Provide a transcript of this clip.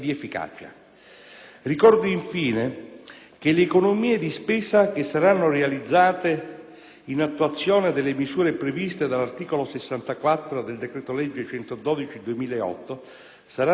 Ricordo infine che le economie di spesa che saranno realizzate in attuazione delle misure previste dall'articolo 64 del decreto-legge n. 112 del 2008 saranno destinate,